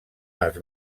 les